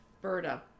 Berta